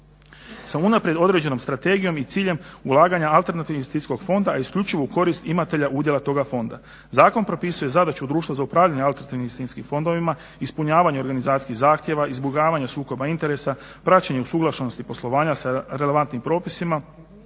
sa unaprijed određenom strategijom i ciljem ulaganja alternativnog investicijskog fonda isključivo u korist imatelja udjela toga fonda. Zakon propisuje zadaću društva za upravljanje alternativnim investicijskim fondovima, ispunjavanje organizacijskih zahtjeva, izbjegavanje sukoba interesa, praćenje usuglašenosti poslovanja sa relevantnim propisima